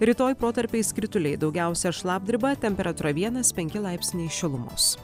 rytoj protarpiais krituliai daugiausia šlapdriba temperatūra vienas penki laipsniai šilumos